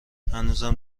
هنوزم